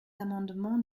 amendement